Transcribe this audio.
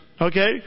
Okay